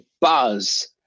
buzz